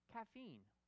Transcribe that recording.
Caffeine